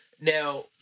Now